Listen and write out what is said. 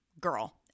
girl